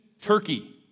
Turkey